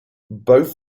both